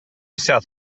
south